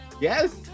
Yes